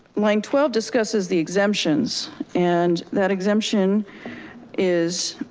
line twelve discusses the exemptions and that exemption is,